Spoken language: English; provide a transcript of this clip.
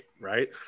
right